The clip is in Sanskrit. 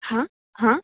हा हा